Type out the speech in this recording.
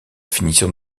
finition